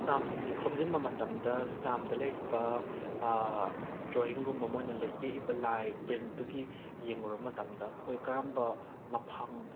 ꯁ꯭ꯇꯥꯝꯁꯤꯡꯖꯦ ꯈꯣꯝꯖꯤꯟꯕ ꯃꯇꯝꯗ ꯁ꯭ꯇꯥꯝꯗ ꯂꯩꯔꯤꯕ ꯗ꯭ꯔꯣꯌꯤꯡꯒꯨꯝꯕ ꯃꯣꯏꯅ ꯌꯦꯛꯏꯕ ꯂꯥꯏ ꯄ꯭ꯔꯤꯟꯠꯇꯨꯒꯤ ꯌꯦꯡꯉꯨꯔꯕ ꯃꯇꯝꯗ ꯑꯩꯈꯣꯏ ꯀꯔꯝꯕ ꯃꯐꯝ